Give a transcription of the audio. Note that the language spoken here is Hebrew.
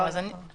אז אני